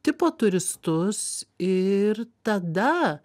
tipo turistus ir tada